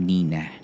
Nina